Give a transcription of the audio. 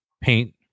paint